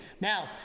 Now